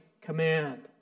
command